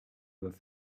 with